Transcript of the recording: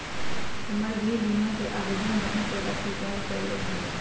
हमर गृह बीमा कें आवेदन बैंक द्वारा स्वीकार कऽ लेल गेलय